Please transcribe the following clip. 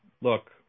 Look